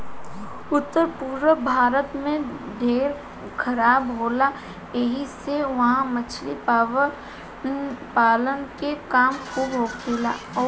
उत्तर पूरब भारत में ढेर बरखा होला ऐसी से उहा मछली पालन के काम खूब होखेला